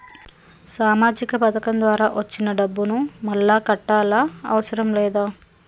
సామాజిక పథకం ద్వారా వచ్చిన డబ్బును మళ్ళా కట్టాలా అవసరం లేదా?